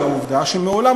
רגע,